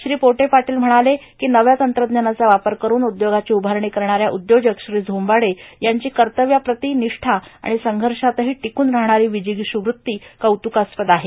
श्री पोटे पाटील म्हणाले की नव्या तंत्रज्ञानाचा वापर करून उद्योगाची उभारणी करणाऱ्या उद्योजक श्री झोंबाडे यांची कर्तव्यप्राप्ती निष्ठा आणि संघर्षातही टिकून राहणारी विजिगिषु वृत्ती कौतुकास्पद आहे